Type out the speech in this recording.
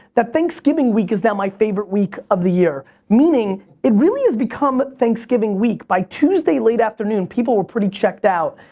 that thanksgiving week is now my favorite week of the year, meaning it really has become thanksgiving week. by tuesday late afternoon people were pretty checked out.